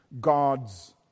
God's